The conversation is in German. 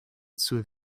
zur